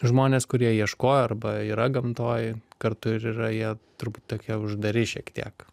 žmonės kurie ieškojo arba yra gamtoj kartu ir yra jie turbūt tokie uždari šiek tiek